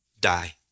Die